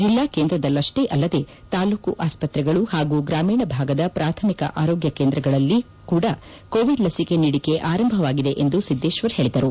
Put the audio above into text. ಜಿಲ್ಲಾ ಕೇಂದ್ರದಲ್ಲಿಷ್ಷೇ ಅಲ್ಲದೇ ತಾಲ್ಲೂಕು ಆಸ್ಪತ್ರೆಗಳು ಹಾಗೂ ಗ್ರಾಮೀಣ ಭಾಗದ ಪ್ರಾಥಮಿಕ ಆರೋಗ್ಟ ಕೇಂದ್ರಗಳಲ್ಲಿ ಕೂಡ ಕೋವಿಡ್ ಲಸಿಕೆ ನೀಡಿಕೆ ಆರಂಭವಾಗಿದೆ ಎಂದು ಸಿದ್ದೇಶ್ವರ್ ಹೇಳಿದರು